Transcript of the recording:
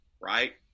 Right